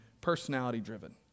personality-driven